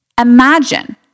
Imagine